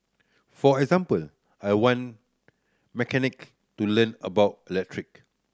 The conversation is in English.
for example I want mechanic to learn about electric